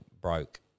broke